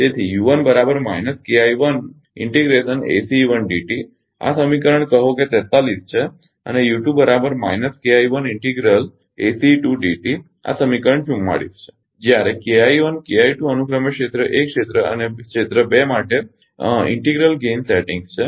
તેથી આ સમીકરણ કહો કે 43 છે અને આ સમીકરણ 44 છે જ્યારે અનુક્રમે ક્ષેત્ર 1 અને ક્ષેત્ર 2 માટે ઇન્ટિગ્રલ ગેઇન સેટિંગ્સ છે